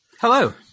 Hello